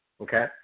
okay